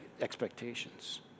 expectations